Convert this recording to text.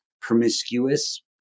promiscuous